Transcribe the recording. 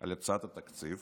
על הצעת התקציב